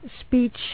Speech